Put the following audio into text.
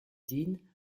din